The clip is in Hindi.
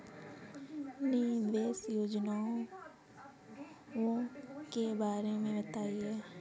निवेश योजनाओं के बारे में बताएँ?